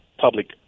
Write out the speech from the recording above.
public